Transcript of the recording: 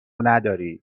نداری